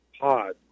pod